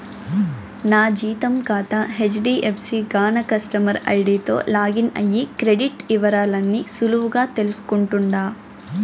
నా జీతం కాతా హెజ్డీఎఫ్సీ గాన కస్టమర్ ఐడీతో లాగిన్ అయ్యి క్రెడిట్ ఇవరాల్ని సులువుగా తెల్సుకుంటుండా